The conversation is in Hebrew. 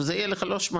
וזה יהיה לא 18,